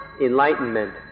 enlightenment